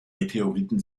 meteoriten